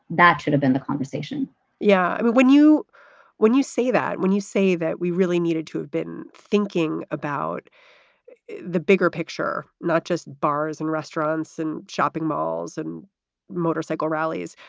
that should have been the conversation yeah. when you when you say that when you say that we really needed to have been thinking about the bigger picture, not just bars and restaurants and shopping malls and motorcycle rallies,